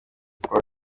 kuwa